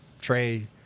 Trey